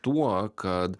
tuo kad